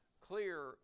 clear